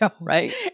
right